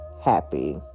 happy